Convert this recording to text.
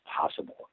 possible